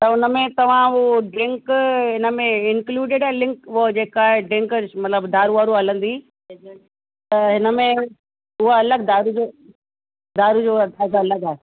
त हुन में तव्हां उहो ड्रिंक हिन में इन्क्लूडेड आहे लिंक उहो जेका आहे ड्रिंकर्स मतलबु दारू वारू हलंदी त हिन में उहा अलॻि दारू जो दारू जो अच्छा त अलॻि आहे